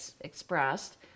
expressed